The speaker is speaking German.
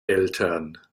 eltern